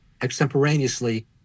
extemporaneously